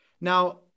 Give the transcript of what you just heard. Now